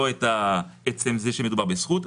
לא את עצם זה שמדובר בזכות.